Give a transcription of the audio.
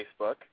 Facebook